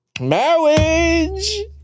Marriage